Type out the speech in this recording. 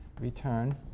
return